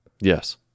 Yes